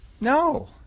No